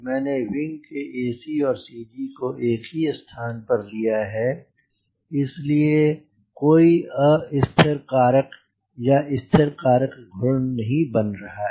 मैंने विंग के ac और CG को एक ही स्थान पर लिया है इस लिए कोई अस्थिरकारक या स्थिरकारक घूर्ण नहीं बन रहा है